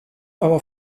aber